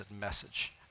message